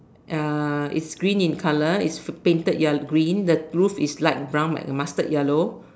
uh it's green in colour it's painted yel~ green the roof is light brown like the mustard yellow